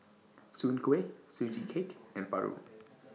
Soon Kuih Sugee Cake and Paru